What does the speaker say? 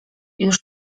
już